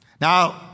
Now